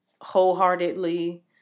Wholeheartedly